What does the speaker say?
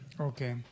Okay